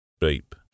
beep